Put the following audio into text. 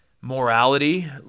morality